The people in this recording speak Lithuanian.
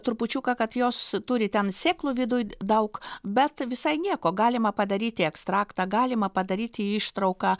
trupučiuką kad jos turi ten sėklų viduj daug bet visai nieko galima padaryti ekstraktą galima padaryti ištrauką